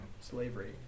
slavery